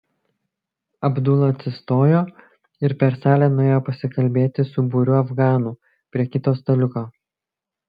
abdula atsistojo ir per salę nuėjo pasikalbėti su būriu afganų prie kito staliuko